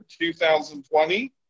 2020